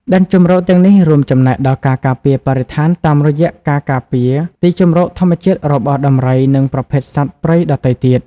ដែនជម្រកទាំងនេះរួមចំណែកដល់ការការពារបរិស្ថានតាមរយៈការ ការពារទីជម្រកធម្មជាតិ របស់ដំរី និងប្រភេទសត្វព្រៃដទៃទៀត។